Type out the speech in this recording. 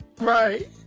Right